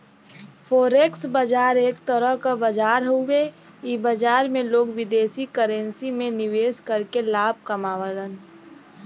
forex बाजार एक तरह क बाजार हउवे इ बाजार में लोग विदेशी करेंसी में निवेश करके लाभ कमावलन